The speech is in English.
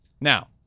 now